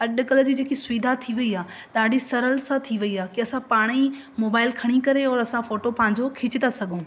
अॼुकल्ह जी जेकी सुविधा थी वई आहे ॾाढी सरल सां थी वई आहे की असां पाण ई मोबाइल खणी करे और असां फोटो पंहिंजो खीचे था सघूं